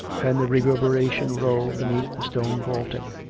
and the reverberation roll beneath the stone vaulting.